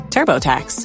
TurboTax